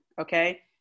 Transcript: Okay